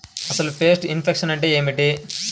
అసలు pest infection అంటే ఏమిటి?